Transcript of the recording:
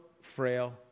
frail